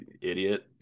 idiot